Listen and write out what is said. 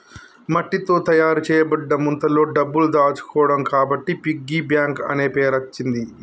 మట్టితో తయారు చేయబడ్డ ముంతలో డబ్బులు దాచుకోవడం కాబట్టి పిగ్గీ బ్యాంక్ అనే పేరచ్చింది